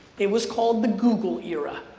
it was called the google era.